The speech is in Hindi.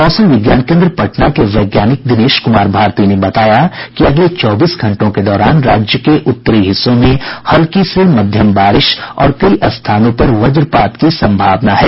मौसम विज्ञान केन्द्र पटना के वैज्ञानिक दिनेश कुमार भारती ने बताया कि अगले चौबीस घंटों के दौरान राज्य के उत्तरी हिस्सों में हल्की से मध्यम बारिश और कई स्थानों पर वजपात की संभावना है